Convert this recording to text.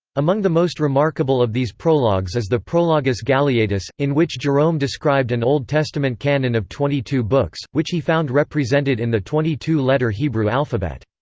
among the most remarkable of these prologues is the prologus galeatus, in which jerome described an old testament canon of twenty two books, which he found represented in the twenty two letter hebrew alphabet.